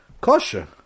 kosher